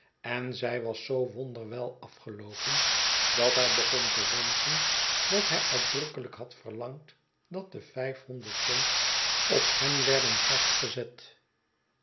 en zij was zoo wonderwel afgeloopen dat hij begon te wenschen dat hij uitdrukkelijk had verlangd dat de vijfhonderd pond op hem wierden vastgezet